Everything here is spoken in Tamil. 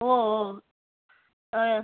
ஓ ஓ ஆன்